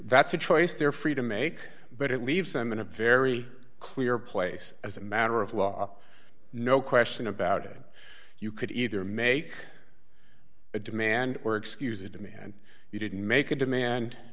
that's a choice they're free to make but it leaves them in a very clear place as a matter of law no question about it you could either make a demand or excuse it to me and you didn't make a demand